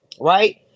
Right